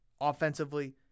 offensively